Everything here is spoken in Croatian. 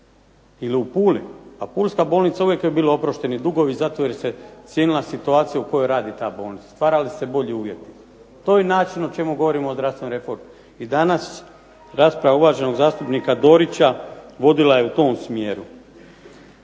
ili u Puli, pa Pulska bolnica uvijek su joj bili oprošteni dugovi zato jer se cijenila situacija u kojoj radi ta bolnica, stvarali su se bolji uvjeti. To je način o čemu govorimo o zdravstvenoj reformi. I danas rasprava uvaženog zastupnika Dorića vodila je u tom smjeru.